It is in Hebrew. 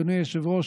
אדוני היושב-ראש,